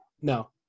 No